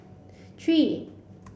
three